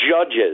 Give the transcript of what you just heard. judges